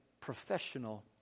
professional